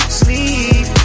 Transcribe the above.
sleep